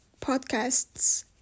podcasts